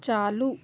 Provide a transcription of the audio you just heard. चालू